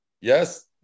Yes